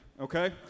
okay